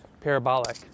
parabolic